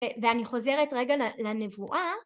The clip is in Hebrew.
‫ואני חוזרת רגע לנבואה.